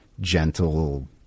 gentle